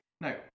no